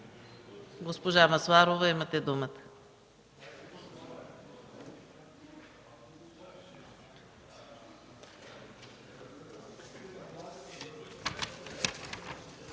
госпожо Манолова, имате думата.